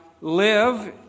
live